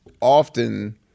often